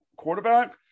quarterback